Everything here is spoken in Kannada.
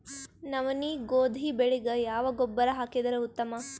ನವನಿ, ಗೋಧಿ ಬೆಳಿಗ ಯಾವ ಗೊಬ್ಬರ ಹಾಕಿದರ ಉತ್ತಮ?